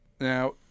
Now